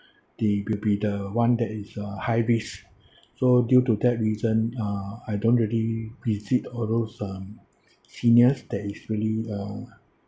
they will be the one that is uh high risk so due to that reason uh I don't really visit although some seniors that is really uh